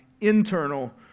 internal